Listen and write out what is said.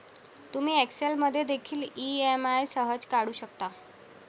तुम्ही एक्सेल मध्ये देखील ई.एम.आई सहज काढू शकता